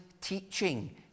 teaching